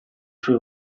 sue